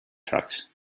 tracks